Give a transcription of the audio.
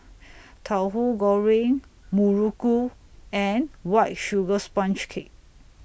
Tauhu Goreng Muruku and White Sugar Sponge Cake